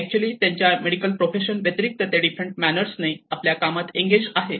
actually त्यांच्या medical profession व्यतिरिक्त ते डिफरंट मॅनर्स ने आता कामात एंगेज आहेत